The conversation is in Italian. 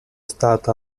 stata